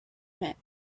meant